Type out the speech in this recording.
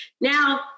Now